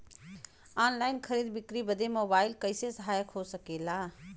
Online खरीद बिक्री बदे मोबाइल कइसे सहायक हो सकेला?